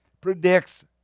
predicts